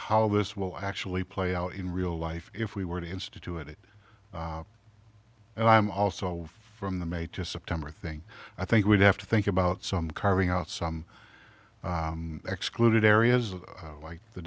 how this will actually play out in real life if we were to institute it and i'm also from the may to september thing i think we'd have to think about some carving out some excluded areas like the